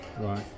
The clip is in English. right